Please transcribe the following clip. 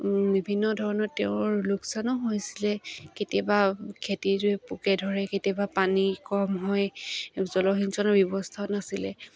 বিভিন্ন ধৰণৰ তেওঁৰ লোকচানো হৈছিলে কেতিয়াবা খেতি পোকে ধৰে কেতিয়াবা পানী কম হয় জলসিঞ্চনৰ ব্যৱস্থাও নাছিলে